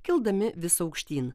kildami vis aukštyn